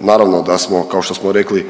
Naravno da smo kao što smo rekli,